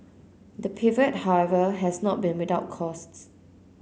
the pivot however has not been without costs